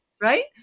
Right